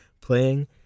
playing